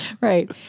Right